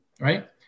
Right